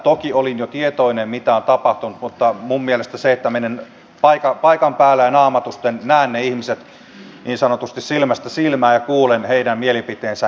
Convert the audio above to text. toki olin jo tietoinen mitä on tapahtunut mutta mielestäni se on tärkeää että menen paikan päälle ja naamatusten näen ne ihmiset niin sanotusti silmästä silmään ja kuulen heidän mielipiteensä